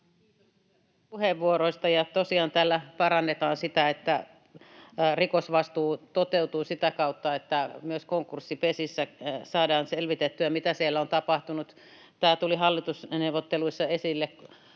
Kiitos puheenvuoroista. Tosiaan tällä parannetaan sitä, että rikosvastuu toteutuu sitä kautta, että myös konkurssipesissä saadaan selvitettyä, mitä siellä on tapahtunut. Tämä tuli hallitusneuvotteluissa esille